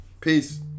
Peace